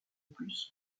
plus